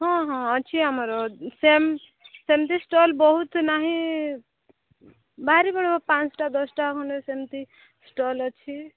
ହଁ ହଁ ଅଛି ଆମର ସେମ୍ ସେମିତି ଷ୍ଟଲ୍ ବହୁତ ନାହିଁ ବାହାରି ପଡ଼ିବ ପାଞ୍ଚ ଦଶଟା ଖଣ୍ଡେ ସେମିତି ଷ୍ଟଲ୍ ଅଛି